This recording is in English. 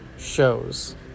shows